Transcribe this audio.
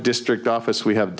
district office we have